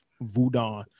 voodoo